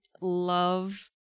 love